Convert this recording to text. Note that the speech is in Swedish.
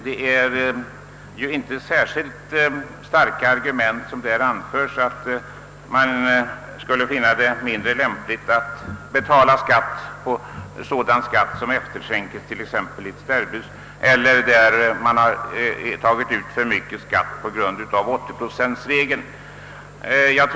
Det är ju inte särskilt starka argument att man skulle finna det mindre lämpligt att betala ränta på sådan skatt som efterskänkts, t.ex. i ett sterbhus, eller där man har tagit ut för mycket skatt på grund av 80-procentsregeln.